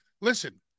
Listen